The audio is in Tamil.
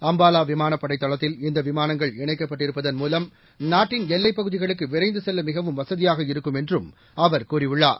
அம்பாலா விமானப்படை தளத்தில் இந்த விமானங்கள் இணைக்கப்பட்டிருப்பதன் மூலம் நாட்டின் எல்லைப் பகுதிகளுக்கு விரைந்து செல்ல மிகவும் வசதியாக இருக்கும் என்றும் அவர் கூறியுள்ளார்